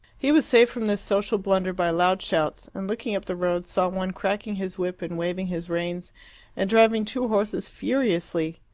he was saved from this social blunder by loud shouts, and looking up the road saw one cracking his whip and waving his reins and driving two horses furiously,